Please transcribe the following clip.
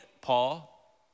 Paul